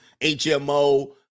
HMO